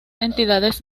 entidades